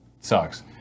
sucks